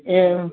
ஆ